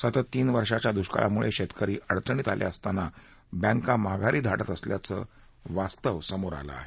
सतत तीन वर्षांच्या दुष्काळामुळे शेतकरी अडचणीत आले असताना बँका माघारी धाडत असल्याचं वास्तव समोर आलं आहे